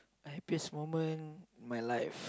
happiest moment my life